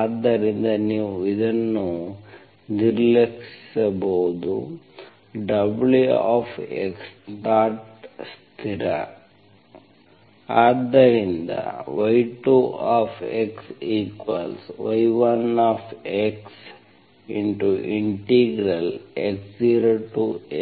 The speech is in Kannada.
ಆದ್ದರಿಂದ ನೀವು ಇದನ್ನು ನಿರ್ಲಕ್ಷಿಸಬಹುದು Wx0 ಸ್ಥಿರ ∴y2x y1xx0x e